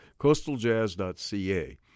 coastaljazz.ca